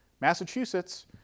Massachusetts